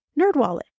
Nerdwallet